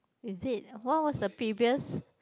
is it what was the previous